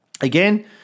Again